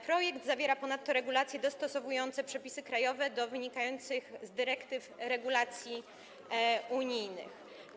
Projekt zawiera ponadto regulacje dostosowujące przepisy krajowe do wynikających z dyrektyw regulacji unijnych.